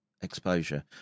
Exposure